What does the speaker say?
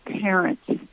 parents